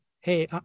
hey